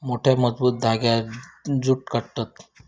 मोठ्या, मजबूत धांग्यांत जूट काततत